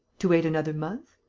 to wait another month.